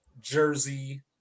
Jersey